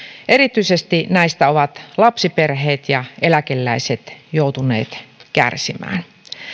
erityisesti näistä ovat lapsiperheet ja eläkeläiset joutuneet kärsimään